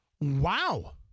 Wow